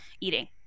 eating